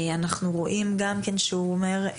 אנחנו רואים גם שהוא אומר,